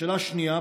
לשאלה השנייה,